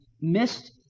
missed